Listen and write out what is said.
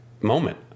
moment